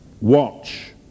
Watch